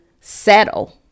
settle